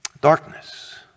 Darkness